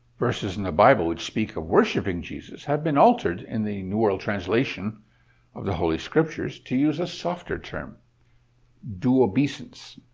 verses in the bible which speak of worshiping jesus have been altered in the new world translation of the holy scriptures to use a softer term do obeisance.